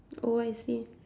oh I see